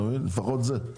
לפחות זה.